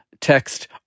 text